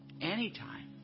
Anytime